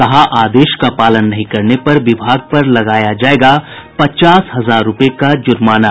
कहा आदेश का पालन नहीं करने पर विभाग पर लगाया जायेगा पचास हजार रूपये का जुर्माना